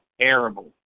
terrible